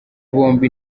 bombi